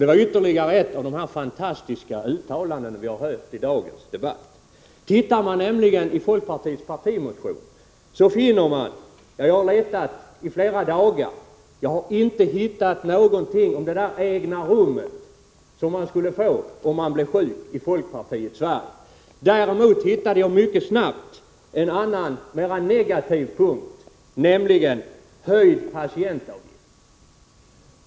Det var ytterligare ett av de fantastiska uttalanden vi har hört i dagens debatt. Tittar man i folkpartiets partimotion finner man nämligen ingenting sådant. Jag har letat i flera dagar, men jag har inte hittat någonting om det där egna rummet som man skulle få om man blev sjuk i folkpartiets Sverige. Däremot hittade jag mycket snabbt en annan, mera negativ punkt, nämligen höjd patientavgift.